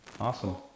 awesome